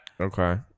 Okay